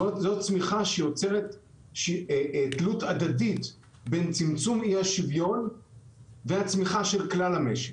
זו צמיחה שיוצרת תלות הדדית בין צמצום אי השוויון והצמיחה של כלל המשק.